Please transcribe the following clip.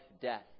death